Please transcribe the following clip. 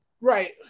Right